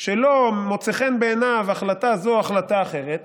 שלא מוצאת חן בעיניו ההחלטה זו או החלטה אחרת,